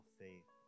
faith